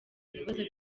ibibazo